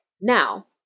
Now